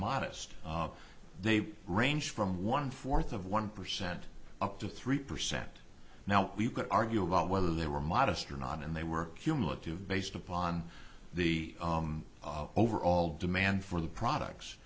modest they range from one fourth of one percent up to three percent now we could argue about whether they were modest or not and they were cumulative based upon the overall demand for the products